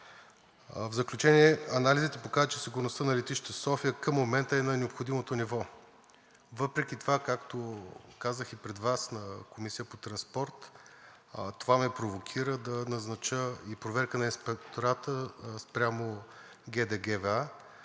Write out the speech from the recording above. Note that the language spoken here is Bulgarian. В заключение, анализите показват, че сигурността на летище София към момента е на необходимото ниво. Въпреки това, както казах и пред Вас на Комисията по транспорт, това ме провокира да назнача и проверка на Инспектората спрямо ГД ГВА,